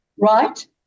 right